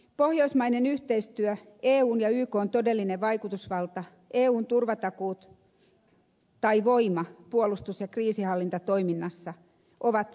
pohjoismainen yhteistyö eun ja ykn todellinen vaikutusvalta eun turvatakuut tai voima puolustus ja kriisinhallintatoiminnassa ovat hyvä toimintaympäristö